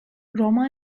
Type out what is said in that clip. roman